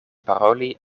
paroli